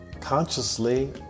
consciously